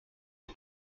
est